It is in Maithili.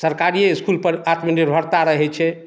सरकारिये इस्कुलपर आत्म निर्भरता रहैत छै